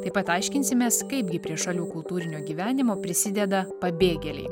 taip pat aiškinsimės kaipgi prie šalių kultūrinio gyvenimo prisideda pabėgėliai